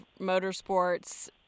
motorsports